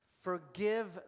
Forgive